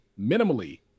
minimally